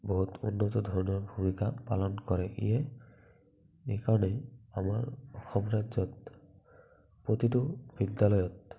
বহুত উন্নত ধৰণৰ ভুমিকা পালন কৰে ইয়ে এইকাৰণে আমাৰ অসম ৰাজ্যত প্ৰতিটো বিদ্যালয়ত